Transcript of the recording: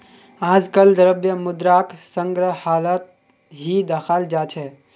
आजकल द्रव्य मुद्राक संग्रहालत ही दखाल जा छे